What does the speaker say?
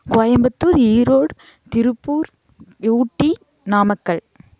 Coimbatore Erode Tiruppur Ooty Namakkal